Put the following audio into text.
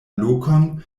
lokon